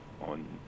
on